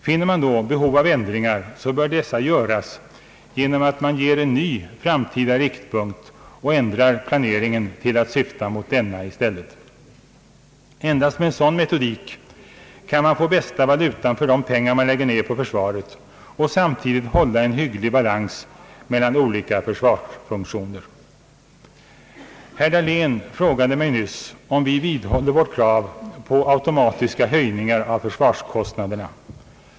Finner man då behov av ändringar, bör dessa göras genom att man ger en ny framtida riktpunkt och ändrar planeringen till att syfta mot denna i stället. Endast med en sådan metodik kan man få bästa valutan för de pengar man lägger ner på försvaret och samtidigt hålla en hygglig balans mellan olika försvarsfunktioner. Herr Dahlén frågade mig nyss om vi vidhåller vårt krav på automatiska höj ningar av försvarskostnaderna.